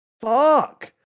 fuck